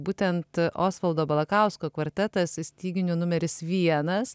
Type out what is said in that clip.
būtent osvaldo balakausko kvartetas styginių numeris vienas